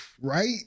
right